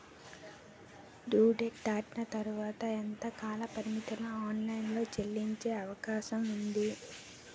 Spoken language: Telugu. డ్యూ డేట్ దాటిన తర్వాత ఎంత కాలపరిమితిలో ఆన్ లైన్ లో చెల్లించే అవకాశం వుంది?